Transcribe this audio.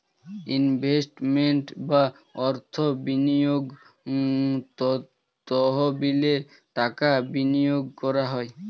investment বা অর্থ বিনিয়োগ তহবিলে টাকা বিনিয়োগ করা হয়